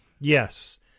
Yes